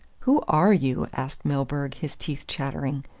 who are you? asked milburgh, his teeth chattering.